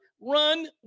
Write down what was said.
run